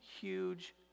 huge